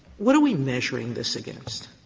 what are we measuring this against?